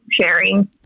sharing